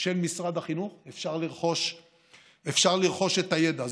של משרד החינוך, אפשר לרכוש את הידע.